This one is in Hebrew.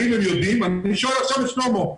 אני שואל עכשיו את שלמה,